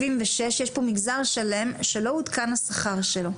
מגזר שלם שלא עודכן השכר שלו.